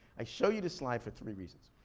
i show you this slide for three reasons.